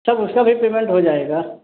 सब उसका भी पेमेंट हो जाएगा